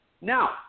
Now